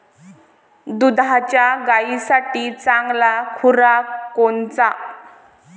दुधाच्या गायीसाठी चांगला खुराक कोनचा?